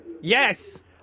Yes